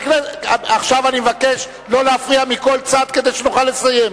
עכשיו אני מבקש לא להפריע מכל צד כדי שנוכל לסיים.